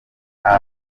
hari